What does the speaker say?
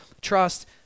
trust